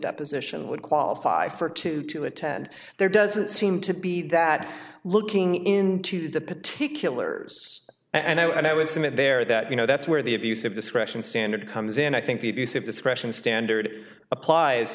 deposition would qualify for two to attend there doesn't seem to be that looking into the particulars and i would submit there that you know that's where the abuse of discretion standard comes in i think the abuse of discretion standard applies